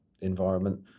environment